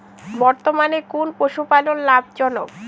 বর্তমানে কোন পশুপালন লাভজনক?